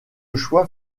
choix